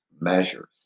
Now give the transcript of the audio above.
measures